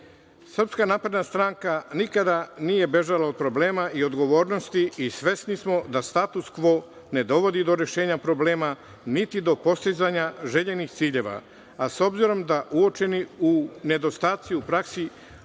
napredna stranaka nikada nije bežala od problema i odgovornosti i svesni smo da status kvo ne dovodi do rešenja problema, niti do postizanja željenih ciljeva. S obzirom da se uočeni nedostaci u praksi